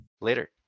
later